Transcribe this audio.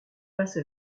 passe